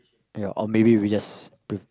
ya or maybe we just pre~